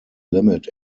limit